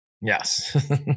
Yes